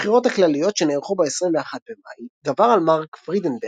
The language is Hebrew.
בבחירות הכלליות שנערכו ב-21 במאי גבר על מארק פרידנברג,